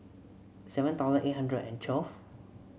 seven thousand eight hundred and twelve